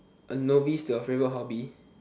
a novice to your favourite hobby